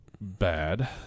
bad